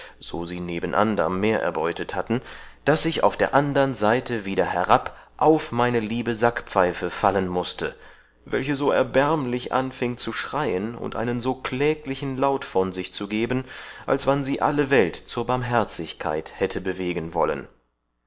so sie neben andern mehr erbeutet hatten daß ich auf der andern seite wieder herab auf meine liebe sackpfeife fallen mußte welche so erbärmlich anfieng zu schreien und einen so kläglichen laut von sich zu geben als wann sie alle welt zur barmherzigkeit hätte bewegen wollen